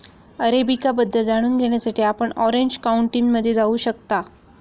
arabica बद्दल जाणून घेण्यासाठी आपण ऑरेंज काउंटीमध्ये जाऊ शकता